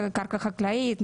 קרקע חקלאית,